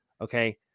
Okay